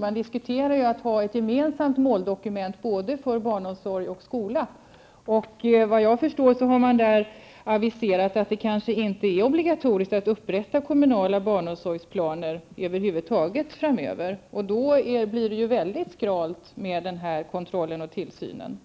Man diskuterar att ha ett gemensamt måldokument både för barnomsorgen och skolan. Vad jag förstår har man där aviserat att det kanske inte skall vara obligatoriskt att upprätta kommunala barnomsorgsplaner över huvud taget framöver. Då blir det väldigt skralt med kontrollen och tillsynen.